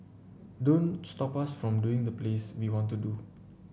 don't stop us from doing the plays we want to do